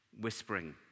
whispering